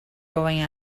going